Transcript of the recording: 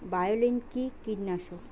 বায়োলিন কি কীটনাশক?